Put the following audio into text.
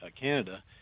Canada